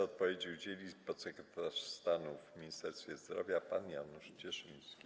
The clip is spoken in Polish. Odpowiedzi udzieli podsekretarz stanu w Ministerstwie Zdrowia pan Janusz Cieszyński.